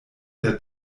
der